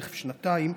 תכף שנתיים,